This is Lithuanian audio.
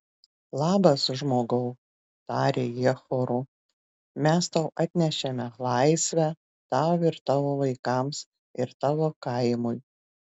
labas žmogau tarė jie choru mes tau atnešėme laisvę tau ir tavo vaikams ir tavo kaimui